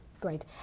Great